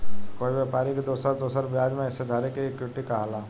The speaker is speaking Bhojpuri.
कोई व्यापारी के दोसर दोसर ब्याज में हिस्सेदारी के इक्विटी कहाला